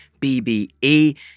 BBE